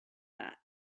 that